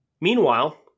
Meanwhile